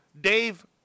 Dave